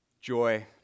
joy